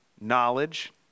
knowledge